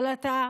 אבל אתה,